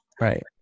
Right